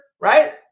right